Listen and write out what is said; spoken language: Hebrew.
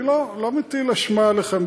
אני לא מטיל אשמה עליכם.